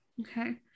Okay